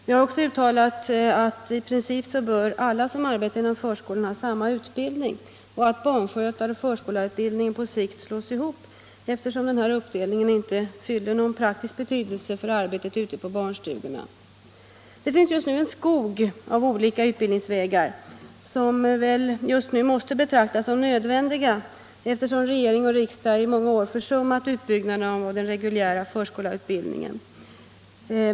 Vi har också uttalat att i princip bör alla som arbetar inom förskolan ha samma utbildning och att barnskötaroch förskollärarutbildningen på sikt bör slås ihop, eftersom den nuvarande uppdelningen inte har någon praktisk betydelse för arbetet ute på barnstugorna. Det finns just nu en mångfald olika utbildningsvägar som väl måste betraktas som nödvändiga, eftersom regering och riksdag under många år har försummat utbyggnaden av den reguljära förskollärarutbildningen.